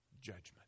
judgment